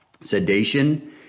Sedation